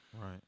right